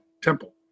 Temple